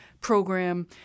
program